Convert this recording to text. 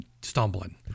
stumbling